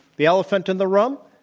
the elephant in the room,